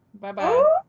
Bye-bye